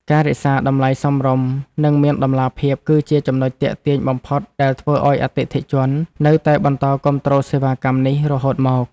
ការរក្សាតម្លៃសមរម្យនិងមានតម្លាភាពគឺជាចំណុចទាក់ទាញបំផុតដែលធ្វើឱ្យអតិថិជននៅតែបន្តគាំទ្រសេវាកម្មនេះរហូតមក។